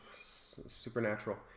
Supernatural